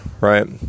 right